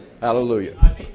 hallelujah